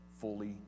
fully